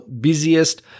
busiest